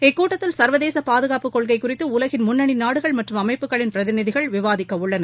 இக்கூட்டத்தில் சா்வதேச பாதுகாப்பு கொள்கை குறித்து உலகின் முன்னணி நாடுகள் மற்றும் அமைப்புகளின் பிரதிநிதிகள் விவாதிக்கவுள்ளனர்